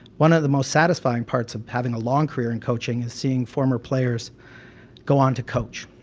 one of the most satisfying parts of having a long career in coaching is seeing former players go on to coach.